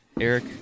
Eric